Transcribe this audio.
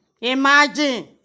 imagine